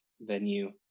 venue